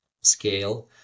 scale